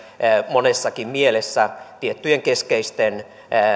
monessakin mielessä tiettyjen keskeisten